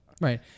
Right